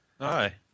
Hi